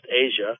Asia